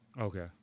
Okay